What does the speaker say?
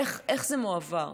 איך זה מועבר?